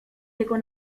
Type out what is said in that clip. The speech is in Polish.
jego